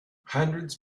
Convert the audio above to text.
hundreds